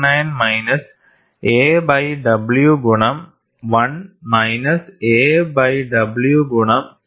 99 minus a by w ഗുണം 1 minus a by w ഗുണം 2